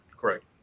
Correct